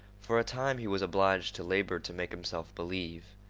for a time he was obliged to labor to make himself believe.